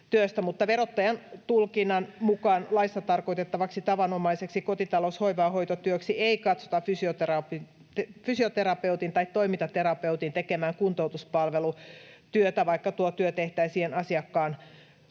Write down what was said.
verottajan tulkinnan mukaan laissa tarkoitettavaksi tavanomaiseksi kotitalous-, hoiva- ja hoitotyöksi ei katsota fysioterapeutin tai toimintaterapeutin tekemää kuntoutuspalvelutyötä, vaikka tuo työ tehtäisiin asiakkaan kotona.